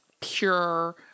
pure